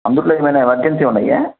అందులో ఏమైనా ఎమర్జెన్సీ ఉన్నాయా